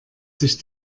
sich